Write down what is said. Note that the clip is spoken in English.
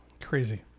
crazy